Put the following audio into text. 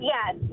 Yes